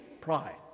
pride